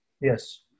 Yes